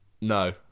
No